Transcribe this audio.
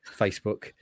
Facebook